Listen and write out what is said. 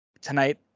Tonight